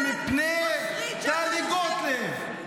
-- הם פני טלי גוטליב.